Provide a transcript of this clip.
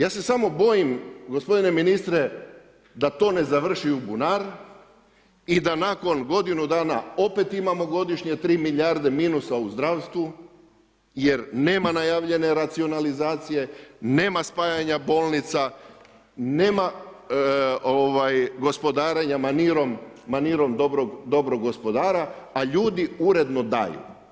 Ja se samo bojim gospodine ministre, da to ne završi u bunar i da nakon godinu dana opet imamo godišnje 3 milijarde minusa u zdravstvu jer nema najavljene racionalizacije, nema spajanja bolnica, nema gospodarenja manirom dobrog gospodara a ljudi uredno daju.